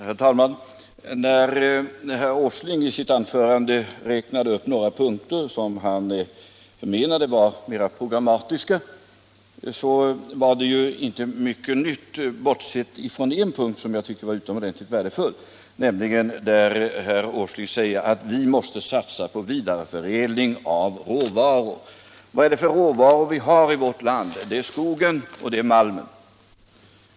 Herr talman! När herr Åsling i sitt anförande räknade upp några punkter som han kallade mera programmatiska var det ju inte mycket nytt, bortsett från en punkt som jag fann utomordentligt värdefull, nämligen att vi måste satsa på vidareförädling av råvaror. Vad är det för råvaror vi har i vårt land? Det är skogen och malmen.